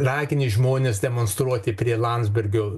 ragini žmones demonstruoti prie landsbergio